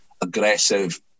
aggressive